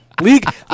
League